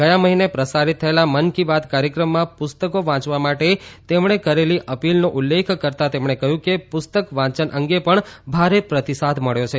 ગયા મહિને પ્રસારિત થયેલા મન કી બાત કાર્થક્રમમાં પુસ્તકો વાંચવા માટે તેમને કરેલી અપીલનો ઉલ્લેખ કરતા તેમણે કહ્યું કે પુસ્તક વાંચન અંગે પણ ભારે પ્રતિસાદ મળ્યો છે